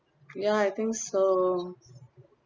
ya I think so